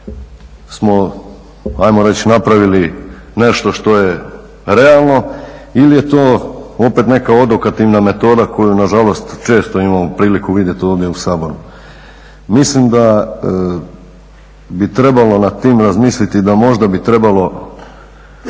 smo ajmo reći napravili nešto što je realno ili je to opet neka odokativna metoda koji nažalost često imamo priliku vidjeti ovdje u Saboru. Mislim da bi trebalo nad tim razmisliti da možda bi trebalo